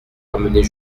ramener